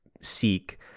seek